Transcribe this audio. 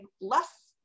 less